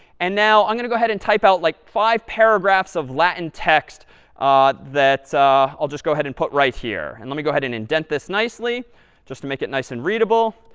and now i'm going to go ahead and type out like five paragraphs of latin text that i'll just go ahead and put right here. and let me go ahead and indent this nicely just to make it nice and readable.